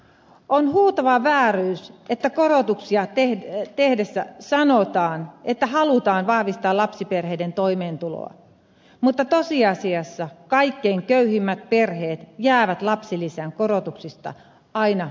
on huutava vääryys että korotuksia tehdessä sanotaan että halutaan vahvistaa lapsiperheiden toimeentuloa mutta tosiasiassa kaikkein köyhimmät perheet jäävät lapsilisän korotuksista aina nollille